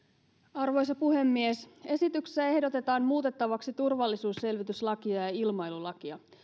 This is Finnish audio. arvoisa puhemies esityksessä ehdotetaan muutettavaksi turvallisuusselvityslakia ja ja ilmailulakia